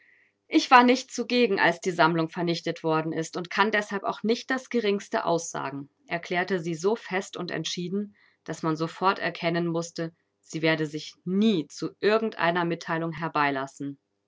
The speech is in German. ich war nicht zugegen als die sammlung vernichtet worden ist und kann deshalb auch nicht das geringste aussagen erklärte sie so fest und entschieden daß man sofort erkennen mußte sie werde sich nie zu irgend einer mitteilung